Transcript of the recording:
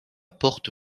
porte